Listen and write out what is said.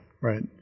right